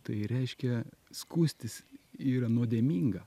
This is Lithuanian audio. tai reiškia skųstis yra nuodėminga